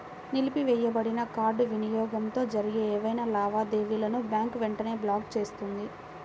నిలిపివేయబడిన కార్డ్ వినియోగంతో జరిగే ఏవైనా లావాదేవీలను బ్యాంక్ వెంటనే బ్లాక్ చేస్తుంది